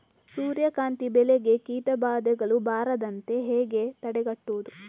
ಸೂರ್ಯಕಾಂತಿ ಬೆಳೆಗೆ ಕೀಟಬಾಧೆಗಳು ಬಾರದಂತೆ ಹೇಗೆ ತಡೆಗಟ್ಟುವುದು?